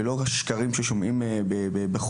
ולא רק את השקרים ששומעים בחוץ.